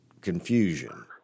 confusion